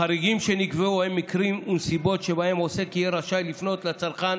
החריגים שנקבעו הם מקרים ונסיבות שבהם עוסק יהיה רשאי לפנות לצרכן